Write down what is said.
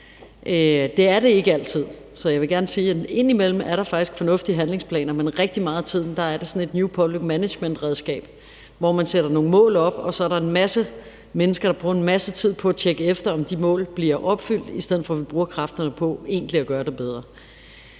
vil gerne sige, at der indimellem faktisk er fornuftige handlingsplaner, men rigtig meget af tiden er det et new public management-redskab, hvor man sætter nogle mål op, og så er der en masse mennesker, der bruger en masse tid på at tjekke efter, om de mål bliver opfyldt, i stedet for at vi bruger kræfterne på egentlig at gøre det bedre.